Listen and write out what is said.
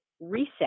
reset